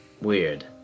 Weird